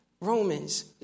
Romans